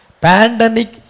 Pandemic